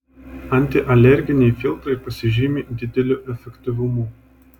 antialerginiai filtrai pasižymi dideliu efektyvumu